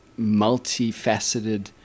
multifaceted